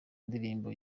indirimbo